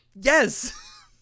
Yes